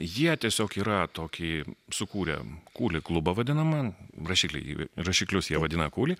jie tiesiog yra tokį sukūrę kuli klubą vadinamą rašiklį ir rašiklius jie vadina kuli